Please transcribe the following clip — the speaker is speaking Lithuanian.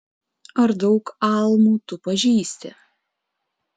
ar daug almų tu pažįsti